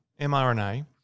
mRNA